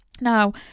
Now